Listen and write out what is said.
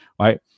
right